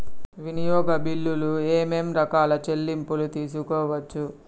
వినియోగ బిల్లులు ఏమేం రకాల చెల్లింపులు తీసుకోవచ్చు?